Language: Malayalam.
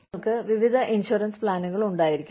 നിങ്ങൾക്ക് വിവിധ ഇൻഷുറൻസ് പ്ലാനുകൾ ഉണ്ടായിരിക്കാം